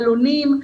עלונים.